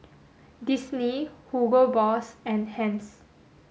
Disney Hugo Boss and Heinz